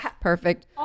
perfect